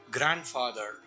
Grandfather